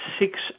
six